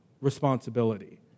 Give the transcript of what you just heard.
responsibility